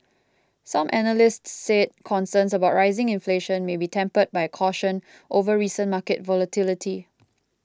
some analysts said concerns about rising inflation may be tempered by caution over recent market volatility